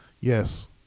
Yes